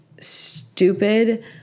stupid